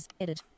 edit